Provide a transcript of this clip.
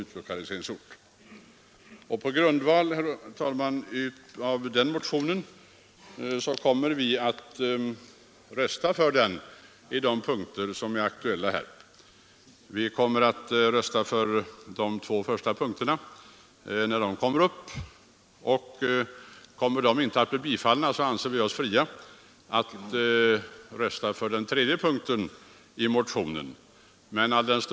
Vi kommer, herr talman, att rösta för bifall till den motionen på de punkter som här är aktuella. Vi kommer till att börja med att rösta för bifall till de två första punkterna, och om de inte blir bifallna anser vi oss fria att rösta för den tredje punkten i motionen som i viss del sammanfaller med reservationen 6.